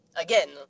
again